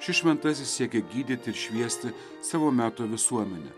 šis šventasis siekė gydyti ir šviesti savo meto visuomenę